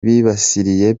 bibasiriye